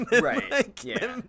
Right